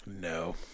No